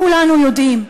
כולנו יודעים,